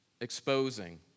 exposing